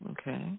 Okay